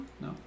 No